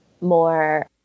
more